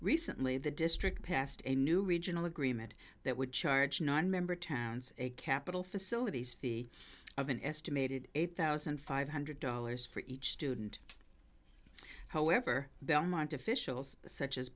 recently the district passed a new regional agreement that would charge nine member towns a capitol facilities fee of an estimated eight thousand five hundred dollars for each student however belmont officials such as